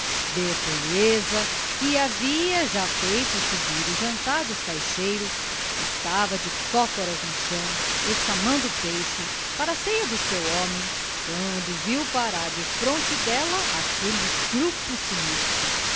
bertoleza que havia já feito subir o jantar dos caixeiros estava de cócoras no chão escamando peixe para a ceia do seu homem quando viu parar defronte dela aquele grupo sinistro